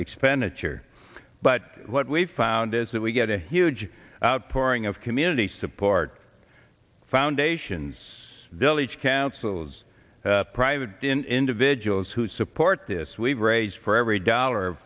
expenditure but what we've found is that we get a huge outpouring of community support foundations village councils private individuals who support this we've raised for every dollar